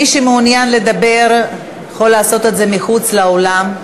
מי שמעוניין לדבר יכול לעשות את זה מחוץ לאולם.